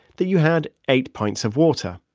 that you had eight pints of water,